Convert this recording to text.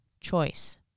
choice